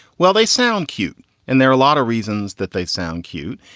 well, they sound cute and there are a lot of reasons that they sound cute.